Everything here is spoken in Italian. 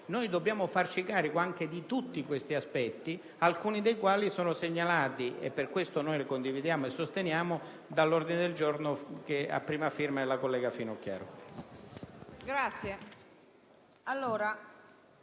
Noi dobbiamo farci carico anche di tutti questi aspetti, alcuni dei quali sono segnalati (e per questo motivo noi lo condividiamo e sosteniamo) nell'ordine del giorno che ha come prima firmataria la collega Finocchiaro.